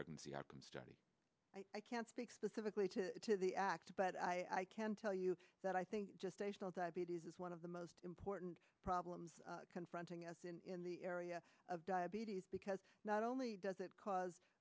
pregnancy outcome study i can't speak specifically to to the act but i can tell you that i think just a small diabetes is one of the most important problems confronting us in the area of diabetes because not only does it cause